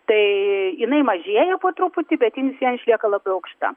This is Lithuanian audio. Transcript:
tai jinai mažėja po truputį bet jin vis vien išlieka labai aukšta